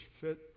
fit